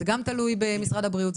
זה גם תלוי במשרד הבריאות,